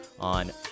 on